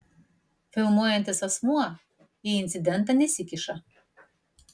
filmuojantis asmuo į incidentą nesikiša